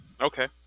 Okay